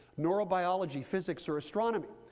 neurobiology, physics, or astronomy?